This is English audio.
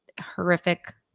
horrific